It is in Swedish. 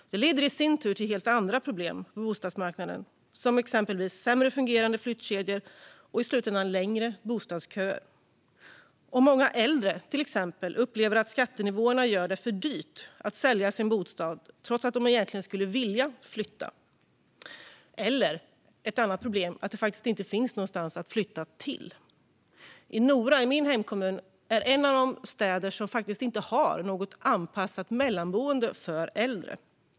Detta leder i sin tur till helt andra problem på bostadsmarknaden, till exempel sämre fungerande flyttkedjor och i slutändan längre bostadsköer. Exempelvis upplever många äldre att skattenivåerna gör det för dyrt att sälja sin bostad trots att de egentligen skulle vilja flytta. Ett annat problem är att det inte finns någonstans att flytta till. Min hemkommun Nora är en av de städer som inte har något anpassat mellanboende för äldre.